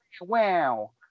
Wow